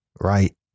Right